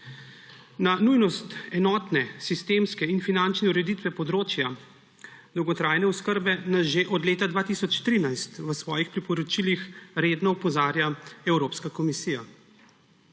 Na nujnost enotne, sistemske in finančne ureditve področja dolgotrajne oskrbe nas že od leta 2013 v svojih priporočilih redno opozarja Evropska komisija.